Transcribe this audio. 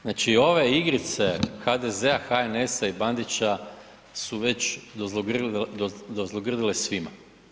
Znači ove igrice HDZ-a, HNS-a i Bandića su već dozlogrdile svima.